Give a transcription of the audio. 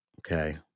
Okay